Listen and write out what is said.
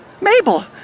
Mabel